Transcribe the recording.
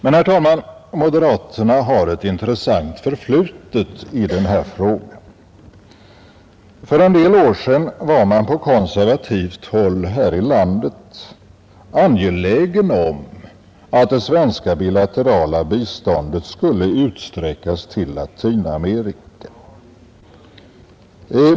Men herr talman, moderaterna har ett intressant förflutet i den här frågan. För en del år sedan var man på konservativt håll här i landet angelägen om att det svenska bilaterala biståndet skulle utsträckas till Latinamerika.